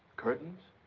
curtains?